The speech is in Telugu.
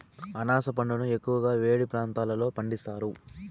అనాస పండును ఎక్కువగా వేడి ప్రాంతాలలో పండిస్తారు